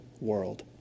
world